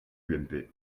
ump